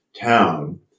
town